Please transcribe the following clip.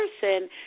person